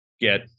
get